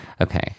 Okay